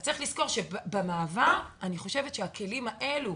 אז אני חושבת שבמעבר הכלים האלו,